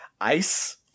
ice-